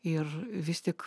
ir vis tik